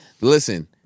listen